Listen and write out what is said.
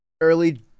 early